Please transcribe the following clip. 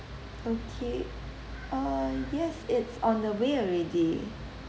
okay uh yes it's on the way already